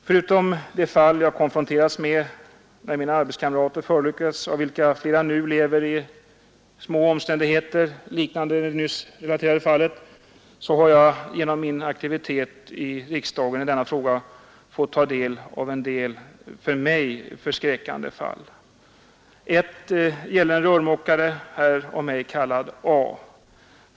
Förutom de fall jag konfronterats med när mina arbetskamrater förolyckats, av vilka flera nu lever i små omständigheter liknande det nyss relaterade fallet, har jag genom min aktivitet i riksdagen i denna fråga fått ta del av en del för mig förskräckande fall. Ett gäller en rörmokare, här av mig kallad A.